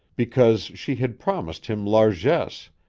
because she had promised him largesse,